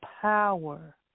power